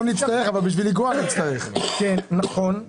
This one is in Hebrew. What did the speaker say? אנחנו גם